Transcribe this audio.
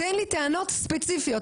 תן לי טענות ספציפיות,